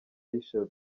y’ishaza